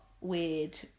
weird